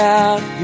out